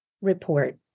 report